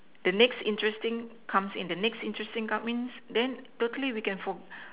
the next interesting comes the next interesting coming then totally we can for